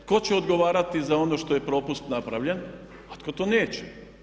Tko će odgovarati za ono što je propust napravljen, a tko to neće?